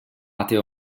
ateo